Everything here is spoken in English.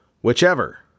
whichever